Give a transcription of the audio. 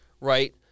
right